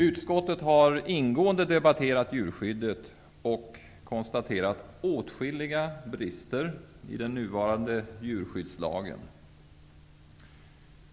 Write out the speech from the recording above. Utskottet har ingående debatterat djurskyddet och konstaterat åtskilliga brister i den nuvarande djurskyddslagen.